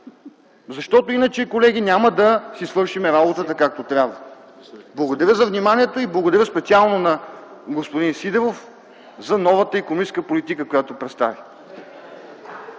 сега. Иначе, колеги, няма да си свършим работата, както трябва. Благодаря за вниманието. Благодаря специално на господин Сидеров за новата икономическа политика, която представи.